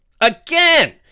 Again